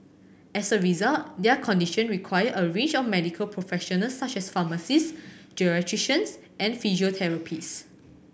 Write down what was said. as a result their conditions require a range of medical professionals such as pharmacists geriatricians and physiotherapists